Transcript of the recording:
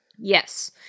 Yes